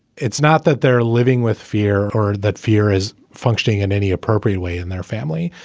it's not that they're living with fear or that fear is functioning in any appropriate way in their family.